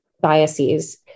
biases